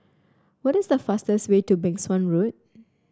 what is the fastest way to Suan Road